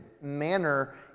manner